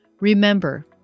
Remember